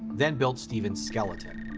then built stephen's skeleton.